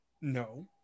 No